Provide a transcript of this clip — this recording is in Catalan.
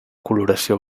coloració